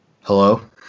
Hello